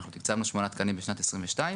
אנחנו תקצבנו שמונה תקנים בשנת 2022,